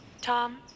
tom